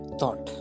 thought